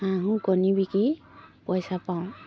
হাঁহো কণী বিকি পইচা পাওঁ